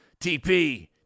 TP